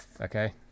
Okay